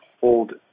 hold